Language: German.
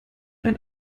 ein